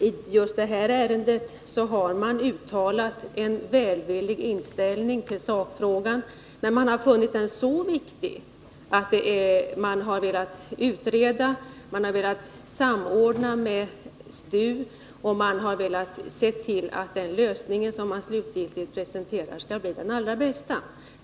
Men just i det här ärendet har man uttalat en välvillig inställning i sakfrågan, men funnit den så viktig att man velat göra utredning och samordna med STU för att den lösning man slutgiltigt presenterar skall bli den allra bästa.